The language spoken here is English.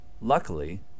Luckily